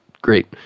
great